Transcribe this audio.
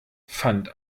fand